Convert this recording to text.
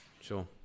Sure